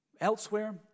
elsewhere